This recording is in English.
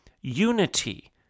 unity